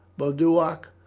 boduoc?